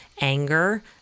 anger